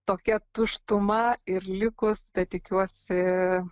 tokia tuštuma ir likus bet tikiuosi